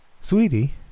sweetie